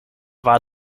war